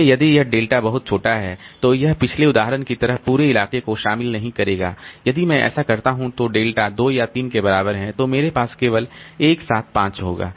इसलिए यदि यह डेल्टा बहुत छोटा है तो यह पिछले उदाहरण की तरह पूरे इलाके को शामिल नहीं करेगा यदि मैं ऐसा करता हूं तो डेल्टा 2 या 3 के बराबर है तो मेरे पास केवल 1 7 5 होगा